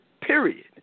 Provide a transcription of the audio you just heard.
period